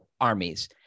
armies